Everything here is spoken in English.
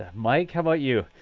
mike how about you?